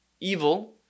evil